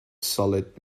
solid